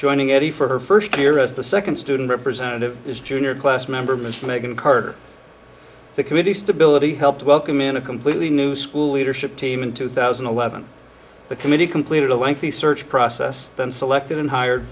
joining eddie for her first year as the second student representative is junior class member mr macon carver the committee stability helped welcome in a completely new school leadership team in two thousand and eleven the committee completed a lengthy search process then selected and hired